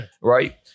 right